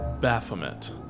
baphomet